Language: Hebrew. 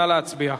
נא להצביע.